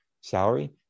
salary